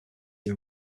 him